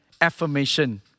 affirmation